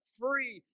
free